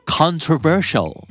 controversial